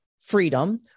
freedom